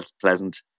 pleasant